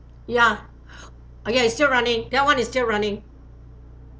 ya uh yes still running that one is still running